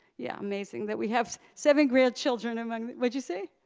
yeah, amazing, that we have seven grandchildren among what'd you say?